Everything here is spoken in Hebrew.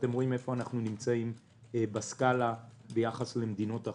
ואתם רואים איפה אנחנו נמצאים בסקלה לעומת מדינות אחרות.